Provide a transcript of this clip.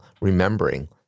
remembering